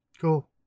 Cool